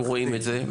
אנחנו רואים את זה,